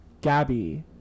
Gabby